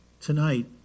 Tonight